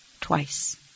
twice